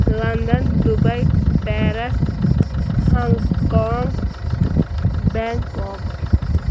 London Dubai Paris Hong Kong Bangkok